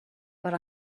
but